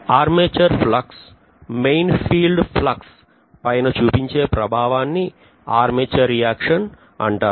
armature flux main field flux పైన చూపించే ప్రభావాన్ని ఆర్మేచర్ రియాక్షన్ అంటారు